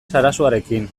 sarasuarekin